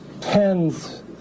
tens